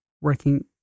working